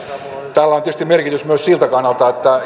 tällä on tietysti merkitystä myös siltä kannalta että